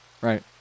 right